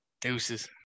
deuces